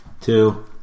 two